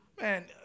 Man